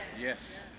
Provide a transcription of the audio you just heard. Yes